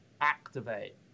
activate